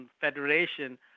federation